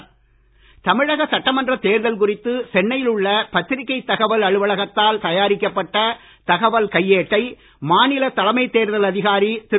சாஹு தமிழக சட்டமன்ற தேர்தல் குறித்து சென்னையில் உள்ள பத்திரிக்கை தகவல் அலுவலகத்தால் தயாரிக்கப்பட்ட தகவல் கையேட்டை மாநில தலைமைத் தேர்தல் அதிகாரி திரு